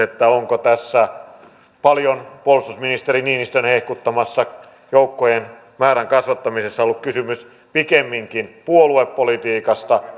onko tässä puolustusministeri niinistön paljon hehkuttamassa joukkojen määrän kasvattamisessa ollut kysymys pikemminkin puoluepolitiikasta